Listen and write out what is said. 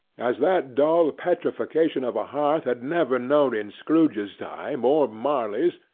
as that dull petrification of a hearth had never known in scrooge's time, or marley's,